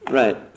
right